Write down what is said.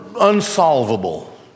unsolvable